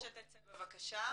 אני מבקשת שתצא בבקשה.